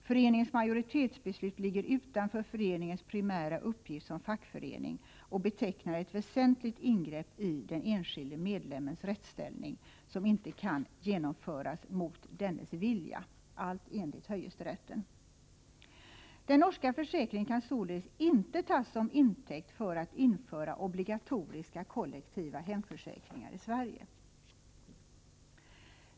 Föreningens majoritetsbeslut ligger utanför föreningens primära uppgift som fackförening och betecknar ett väsentligt ingrepp i den enskilde medlemmens rättsställning som inte kan genomföras mot dennes vilja. Den norska försäkringen kan således inte tas som intäkt för att införa obligatoriska, kollektiva hemförsäkringar i Sverige.